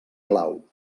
clau